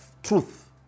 Truth